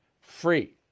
free